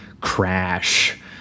Crash